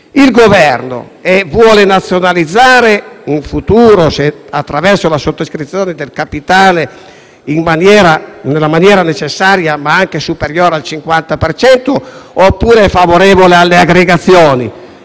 Il Governo vuole nazionalizzare un futuro, attraverso la sottoscrizione del capitale - nella maniera necessaria, ma anche superiore al 50 per cento - oppure è favorevole alle aggregazioni?